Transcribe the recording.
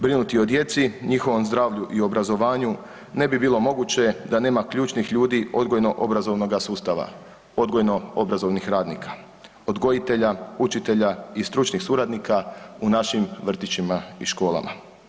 Brinuti o djeci, njihovom zdravlju i obrazovanju ne bi bilo moguće da nema ključnih ljudi odgojno obrazovnoga sustava, odgojno obrazovnih radnika, odgojitelja, učitelja i stručnih suradnika u našim vrtićima i školama.